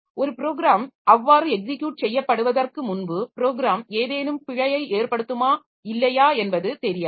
ஒரு ப்ரோகிராம் அவ்வாறு எக்ஸிக்யுட் செய்யப்படுவதற்கு முன்பு ப்ரோகிராம் ஏதேனும் பிழையை ஏற்படுத்துமா இல்லையா என்பது தெரியாது